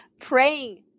praying